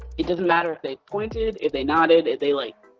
it doesn't matter if they pointed, if they nodded, if they like.